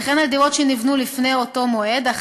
וכן על דירות שנבנו לפני אותו מועד אך